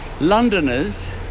Londoners